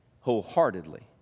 wholeheartedly